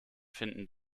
finden